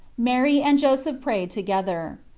mary and joseph prayed to gether.